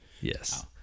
Yes